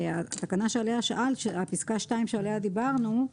פסקה (2) שעליה דיברנו,